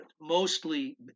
Mostly